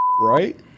right